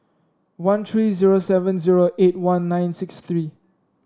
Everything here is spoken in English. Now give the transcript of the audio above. one three zero seven zero eight one nine six three